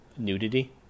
Nudity